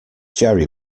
jerry